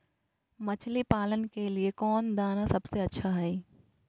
मछली पालन के लिए कौन दाना सबसे अच्छा है?